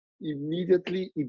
immediately